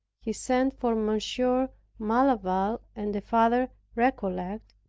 he sent for monsieur malaval and a father recollect,